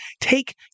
take